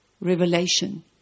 revelation